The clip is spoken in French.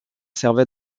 servait